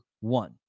one